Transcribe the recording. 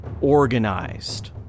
organized